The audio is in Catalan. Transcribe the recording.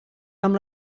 amb